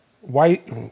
white